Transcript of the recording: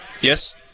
Yes